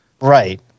right